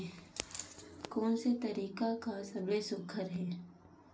कोन से तरीका का सबले सुघ्घर हे?